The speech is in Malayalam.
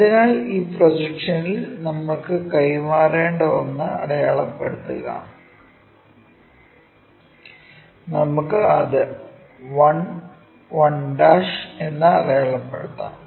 അതിനാൽ ഈ പ്രൊജക്ഷനിൽ നമുക്ക് കൈമാറേണ്ട ഒന്ന് അടയാളപ്പെടുത്തുക നമുക്ക് അത് 1 1 എന്ന് അടയാളപ്പെടുത്താം